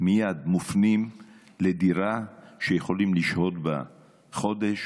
מופנים לדירה שיכולים לשהות בה חודש,